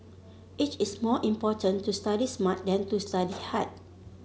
it is more important to study smart than to study hard